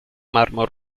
marmo